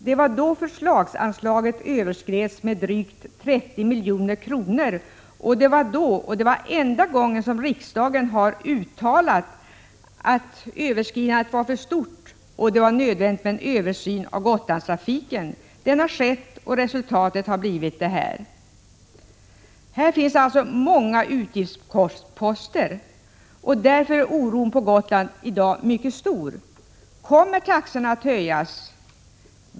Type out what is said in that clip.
Det var då förslagsanslaget överskreds med drygt 30 milj.kr., och det var då som riksdagen för enda gången uttalade att överskridandet var för stort och att det var nödvändigt med en översyn av Gotlandstrafiken. Den har skett, och resultatet har blivit det här. Här finns alltså många utgiftsposter, och därför är oron på Gotland i dag mycket stor. Kommer taxorna att höjas?